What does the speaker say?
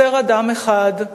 חסר אדם אחד,